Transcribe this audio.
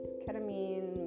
ketamine